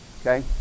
Okay